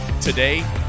today